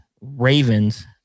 Ravens